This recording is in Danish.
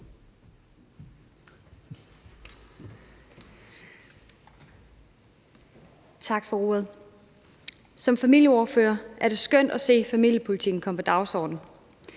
Tak for ordet. Som familieordfører er det skønt at se familiepolitikken komme på dagsordenen.